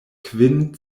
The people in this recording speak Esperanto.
kvin